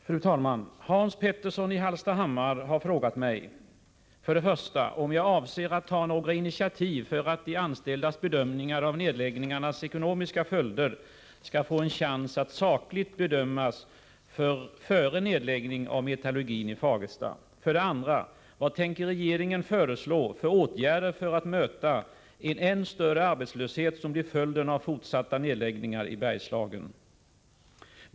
Fru talman! Hans Petersson i Hallstahammar har frågat mig 1. om jag avser att ta några initiativ för att de anställdas bedömningar av nedläggningarnas ekonomiska följder skall få en chans att sakligt beaktas före nedläggning av metallurgin i Fagersta, 2. vilka åtgärder regeringen tänker föreslå för att möta en än större arbetslöshet, som blir följden av fortsatta nedläggningar i Bergslagen.